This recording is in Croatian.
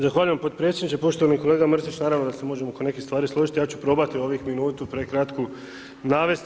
Zahvaljujem potpredsjedniče, poštovani kolega Mrsić, naravno da se možemo oko nekih stvari složiti, ja ću probati ovih minutu, prekratku navesti.